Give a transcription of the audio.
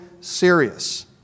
serious